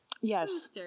Yes